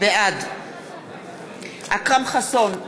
בעד אכרם חסון,